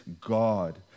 God